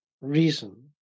reason